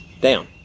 down